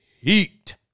heat